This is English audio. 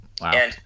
Wow